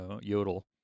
Yodel